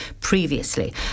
previously